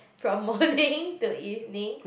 from morning to evening